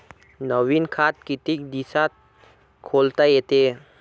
नवीन खात कितीक दिसात खोलता येते?